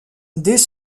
dès